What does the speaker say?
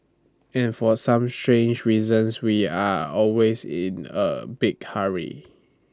and for some strange reasons we are always in A big hurry